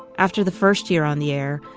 after the first year on the air,